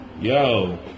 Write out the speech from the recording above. yo